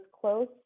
close